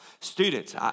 Students